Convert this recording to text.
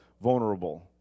Vulnerable